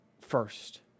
first